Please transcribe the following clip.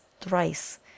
thrice